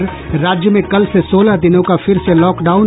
और राज्य में कल से सोलह दिनों का फिर से लॉकडाउन